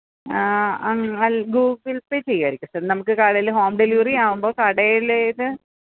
Google pay ചെയ്യുകയായിരിക്കും sir നമുക്ക് കടയില് ഹോം ഡെലിവറിയാകുമ്പോള് കടയിലേത്